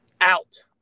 out